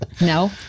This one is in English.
No